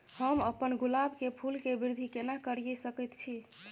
हम अपन गुलाब के फूल के वृद्धि केना करिये सकेत छी?